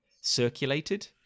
circulated